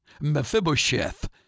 Mephibosheth